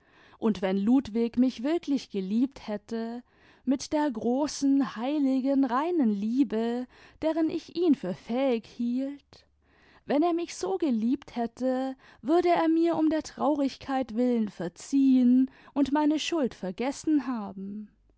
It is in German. und wenn ludwig mich wiiklich geliebt hätte mit der großen heiligen reinen liebe deren ich ihn für fähig hielt wenn er mich so geliebt hätte würde er nur um der traurigkeit willen verziehen und meine schuld vergessen haben